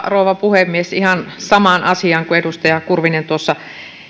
rouva puhemies ihan samaan asiaan kuin edustaja kurvinen tuossa